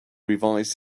revised